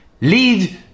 lead